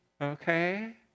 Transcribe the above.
Okay